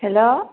hello